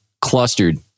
clustered